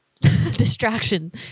Distraction